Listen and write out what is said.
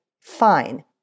fine